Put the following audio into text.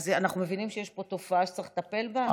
אז אנחנו מבינים שיש פה תופעה שצריך לטפל בה.